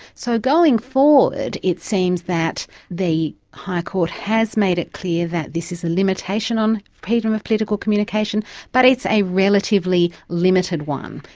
so, going forward it seems that the high court has made it clear that this is a limitation on freedom of political communication but it's a relatively limited one,